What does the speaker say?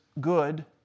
good